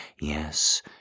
Yes